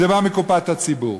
באה מקופת הציבור,